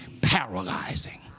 paralyzing